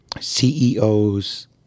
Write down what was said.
CEOs